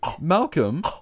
Malcolm